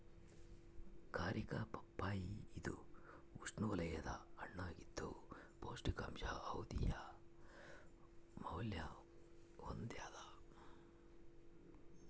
ಕಾರಿಕಾ papaya ಇದು ಉಷ್ಣವಲಯದ ಹಣ್ಣಾಗಿದ್ದು ಪೌಷ್ಟಿಕಾಂಶ ಔಷಧೀಯ ಮೌಲ್ಯ ಹೊಂದ್ಯಾದ